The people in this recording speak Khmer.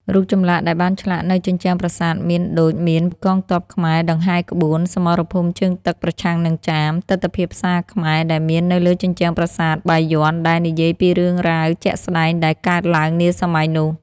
រូបចម្លាក់ដែលបានឆ្លាក់នៅជញ្ជ្រាំប្រាសាទមានដូចមាន កងទ័ពខ្មែរដង្ហែក្បួន សមរភូមិជើងទឹកប្រឆាំងនឹងចាម ទិដ្ឋភាពផ្សារខ្មែរដែលមាននៅលើជញ្ជ្រាំងប្រាសាទបាយយ័នដែលនិយាយពីរឿងរ៉ាវជាក់ស្តែងដែលកើតឡើងនាសម័យនោះ។